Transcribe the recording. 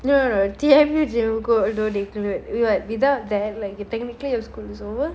no no no T_M_U G_M co~ ஓட :ooda like technically your school is over